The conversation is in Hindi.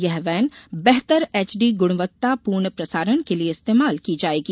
ये वैन बेहतर एच डी गुणवत्ता पूर्ण प्रसारण के लिए इस्तेमाल की जाएगी